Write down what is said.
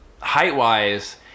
height-wise